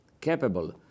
capable